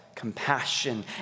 Compassion